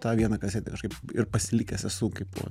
tą vieną kasetę aš kaip ir pasilikęs esu kaipo